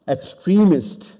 Extremist